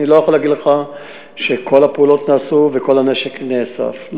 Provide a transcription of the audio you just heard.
אני לא יכול להגיד לך שכל הפעולות נעשו וכל הנשק נאסף,